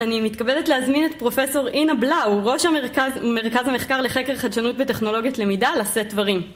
אני מתכבדת להזמין את פרופסור אינה בלאו, ראש המרכז המחקר לחקר חדשנות וטכנולוגית למידה, לשאת דברים.